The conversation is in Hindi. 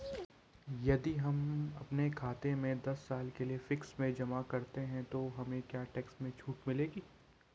यदि हम अपने खाते से दस साल के लिए फिक्स में जमा करते हैं तो हमें क्या टैक्स में छूट मिलेगी?